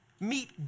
Meet